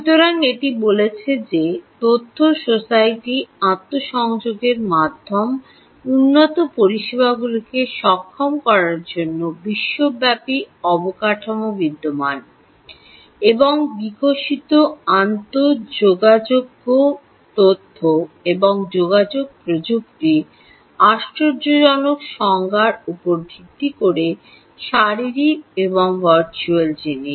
সুতরাং এটি বলেছে যে তথ্য সোসাইটি আন্তঃসংযোগের মাধ্যমে উন্নত পরিষেবাগুলিকে সক্ষম করার জন্য বিশ্বব্যাপী অবকাঠামো বিদ্যমান এবং বিকশিত আন্তঃযোগযোগ্য তথ্য এবং যোগাযোগ প্রযুক্তি আশ্চর্যজনক সংজ্ঞা উপর ভিত্তি করে শারীরিক এবং ভার্চুয়াল জিনিস